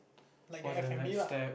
like an F-and-B lah